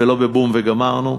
ולא בבום וגמרנו,